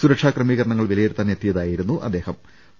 സുരക്ഷാ ക്രമീകരണങ്ങൾ വിലയിരുത്താൻ എത്തിയതാ യിരുന്നു അദ്ദേഹം